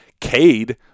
Cade